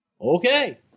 okay